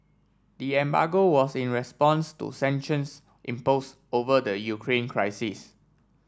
the embargo was in response to sanctions impose over the Ukraine crisis